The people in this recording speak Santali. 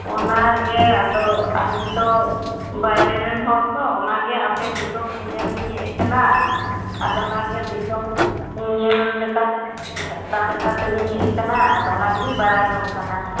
ᱚᱱᱟ ᱜᱮ ᱟᱫᱚ ᱟᱹᱞᱤᱛᱚ ᱵᱟᱭᱨᱮᱱ ᱦᱚᱲ ᱛᱚ ᱚᱱᱟ ᱜᱮ ᱟᱯᱮ ᱫᱤᱥᱚᱢ ᱧᱮᱧᱮᱞᱤᱧ ᱦᱮᱡ ᱟᱠᱟᱱᱟ ᱟᱫᱚ ᱚᱱᱟᱜᱮ ᱫᱤᱥᱚᱢ ᱧᱮᱞ ᱞᱮᱠᱟ ᱛᱮᱞᱤᱧ ᱦᱮᱡ ᱟᱠᱟᱱᱟ ᱟᱫᱚ ᱚᱱᱟ ᱜᱮᱞᱤᱧ ᱵᱟᱲᱟᱭ ᱡᱚᱝ ᱠᱟᱱᱟ